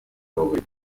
ababaye